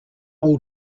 all